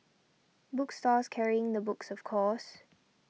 book stores carrying the books of course